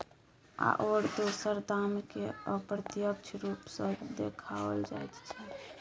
आओर दोसर दामकेँ अप्रत्यक्ष रूप सँ देखाओल जाइत छै